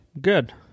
Good